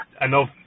enough